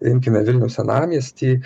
imkime vilniaus senamiestį